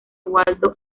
waldo